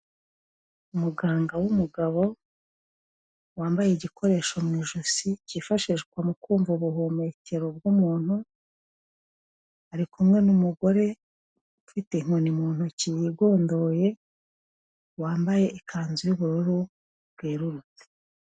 Umuganga w'umugabo wambaye igikoresho mu ijosi cyifashishwa mu kumva ubuhumekero bw'umuntu, ari kumwe n'umugore ufite inkoni mu ntoki yigondoye, wambaye ikanzu y'ubururu bwerurutse.